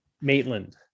Maitland